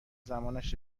زمانش